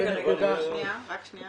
שניה חברים.